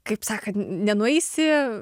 kaip sakant nenueisi